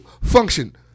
function